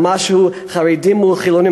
למשהו של חרדים מול חילונים,